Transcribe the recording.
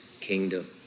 kingdom